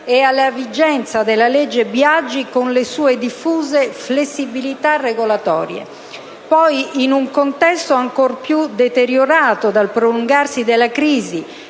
e alla vigenza della legge Biagi con le sue diffuse flessibilità regolatorie. Poi, in un contesto ancor più deteriorato dal prolungarsi della crisi,